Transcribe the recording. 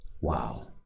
wow